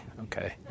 okay